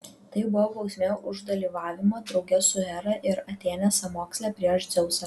tai buvo bausmė už dalyvavimą drauge su hera ir atėne sąmoksle prieš dzeusą